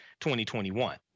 2021